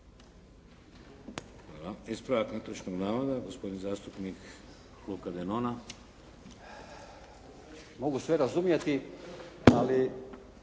Hvala. Ispravak netočnog navoda gospodin zastupnik Luka Denona. **Denona, Luka